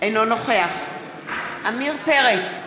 אינו נוכח עמיר פרץ,